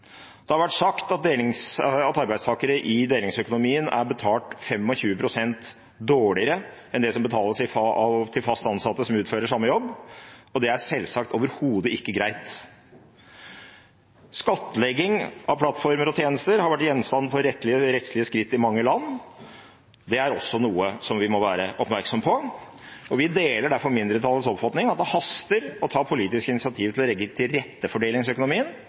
Det har vært sagt at arbeidstakere i delingsøkonomien er betalt 25 pst. dårligere enn det som betales til fast ansatte som utfører samme jobb. Det er selvsagt overhodet ikke greit. Skattlegging av plattformer og tjenester har vært gjenstand for rettslige skritt i mange land. Det er også noe som vi må være oppmerksomme på. Vi deler derfor mindretallets oppfatning om at det haster å ta politisk initiativ for å legge til rette